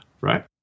right